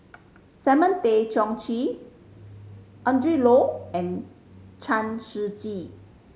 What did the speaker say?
Simon Tay Seong Chee Adrin Loi and Chen Shiji